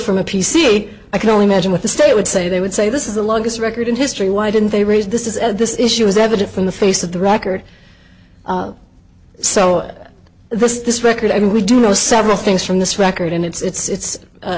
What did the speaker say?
from a p c a i can only imagine what the state would say they would say this is the longest record in history why didn't they raise this is a this issue is evident from the face of the record so this this record i mean we do know several things from this record and it's